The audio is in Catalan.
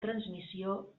transmissió